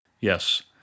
Yes